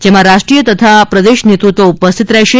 જેમાં રાષ્ટ્રીય તથા પ્રદેશ નેતૃત્વ ઉપસ્થિત રહેશે